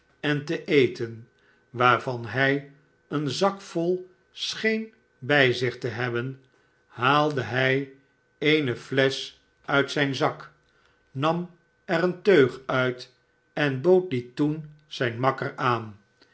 en te eten waarvan hij een zakvol scheen bij zich te hebben haalde hij eene flesch uit zijn zak nam er een teug uit en bood die toen zijn makker aan